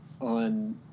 on